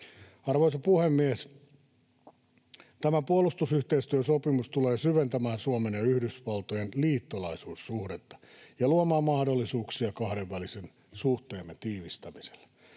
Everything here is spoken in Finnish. Arvoisa puhemies! Tämä puolustusyhteistyösopimus tulee syventämään Suomen ja Yhdysvaltojen liittolaisuussuhdetta ja luomaan mahdollisuuksia kahdenvälisen suhteemme tiivistämiselle.